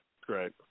great